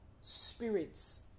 spirits